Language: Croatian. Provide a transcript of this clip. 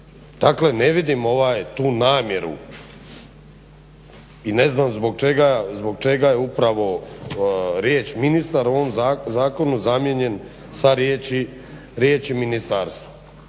Dakle, ne vidim tu namjeru i ne znam zbog čega je upravo riječ ministar u ovom zakonu zamijenjen sa riječi ministarstvo.